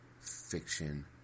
Fiction